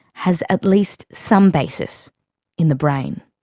has at least some basis in the brain.